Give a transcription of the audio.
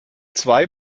zwei